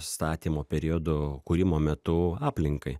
statymo periodu kūrimo metu aplinkai